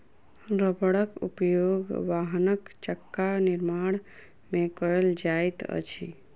रबड़क उपयोग वाहनक चक्का निर्माण में कयल जाइत अछि